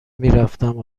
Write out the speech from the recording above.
میرفتم